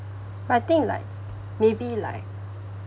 but I think like maybe like